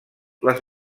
les